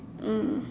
mm